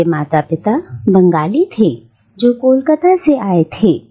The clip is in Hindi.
उनके माता पिता बंगाली थे जो कोलकाता से आए थे